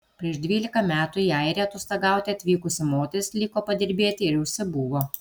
prieš dvylika metų į airiją atostogauti atvykusi moteris liko padirbėti ir užsibuvo